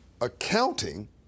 accounting